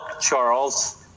Charles